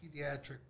pediatric